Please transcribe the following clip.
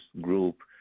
group